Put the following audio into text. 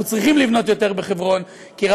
אנחנו צריכים לבנות יותר בחברון כי,